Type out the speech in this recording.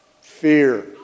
fear